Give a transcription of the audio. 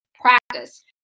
practice